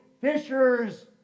fishers